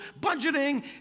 budgeting